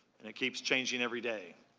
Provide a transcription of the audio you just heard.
and it keeps changing every day,